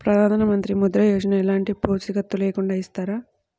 ప్రధానమంత్రి ముద్ర యోజన ఎలాంటి పూసికత్తు లేకుండా ఇస్తారా?